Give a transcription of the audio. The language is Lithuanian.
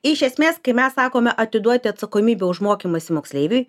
iš esmės kai mes sakome atiduoti atsakomybę už mokymąsi moksleiviui